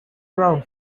around